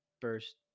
first